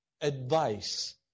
advice